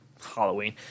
Halloween